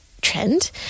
trend